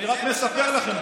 אני רק מספר לכם.